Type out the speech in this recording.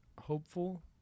hopeful